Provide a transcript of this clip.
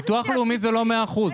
בביטוח לאומי זה לא 100 אחוזים.